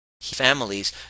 families